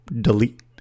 delete